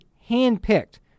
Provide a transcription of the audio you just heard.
hand-picked